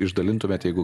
išdalintumėt jeigu